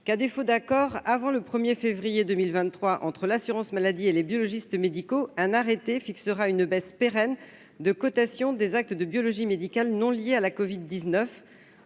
qu'à défaut d'accord avant le 1er février 2023 entre l'assurance maladie et les biologistes médicaux un arrêté fixera une baisse pérenne de cotation des actes de biologie médicale non liés à la Covid 19